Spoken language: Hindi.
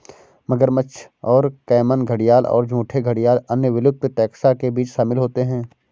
मगरमच्छ और कैमन घड़ियाल और झूठे घड़ियाल अन्य विलुप्त टैक्सा के बीच शामिल होते हैं